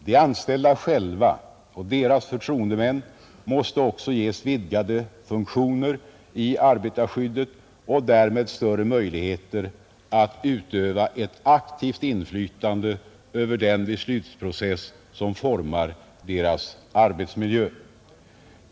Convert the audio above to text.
De anställda själva och deras förtroendemän måste också ges vidgade funktioner i arbetarskyddet och därmed större möjligheter att utöva ett aktivt inflytande över den beslutsprocess som formar deras arbetsmiljö.